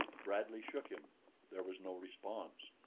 bradley shook him there was no response.